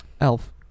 Elf